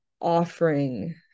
offering